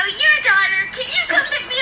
your daughter